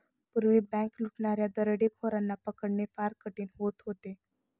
पूर्वी बँक लुटणाऱ्या दरोडेखोरांना पकडणे फार कठीण होत होते